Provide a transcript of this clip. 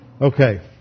Okay